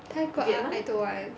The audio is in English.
泰国 I don't want